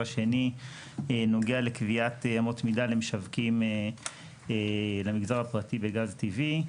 השני נוגע לקביעת אמות מידה למשווקים למגזר הפרטי בגז טבעי.